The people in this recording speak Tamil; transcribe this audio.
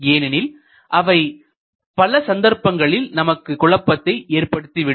ஏனெனில் அவை பல சந்தர்ப்பங்களில் நமக்கு குழப்பத்தை ஏற்படுத்தி விடும்